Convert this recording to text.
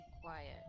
quiet